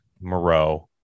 Moreau